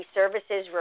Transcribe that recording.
services